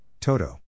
toto